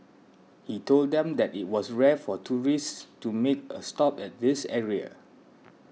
he told them that it was rare for tourists to make a stop at this area